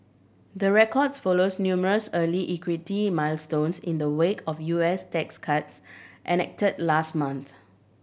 the records follows numerous earlier equity milestones in the wake of U S tax cuts enact last month